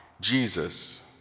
Jesus